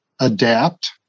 adapt